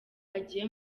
agiye